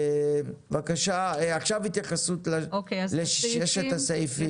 בבקשה, עכשיו התייחסות לששת הסעיפים.